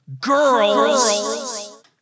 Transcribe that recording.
girls